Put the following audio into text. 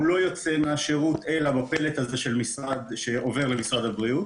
הוא לא יוצא מהשירות אלא לפלט הזה שעובר למשרד הבריאות